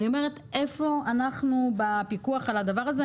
אני אומרת, איפה אנחנו בפיקוח על הדבר הזה.